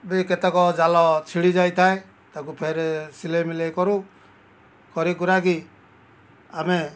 ବି କେତେକ ଜାଲ ଛିଡ଼ିଯାଇଥାଏ ତାକୁ ଫେରେ ସିଲେଇ ମିଲେଇ କରୁ କରି କୁରା କି ଆମେ